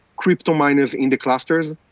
cryptominers in the clusters,